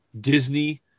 Disney